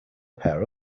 pair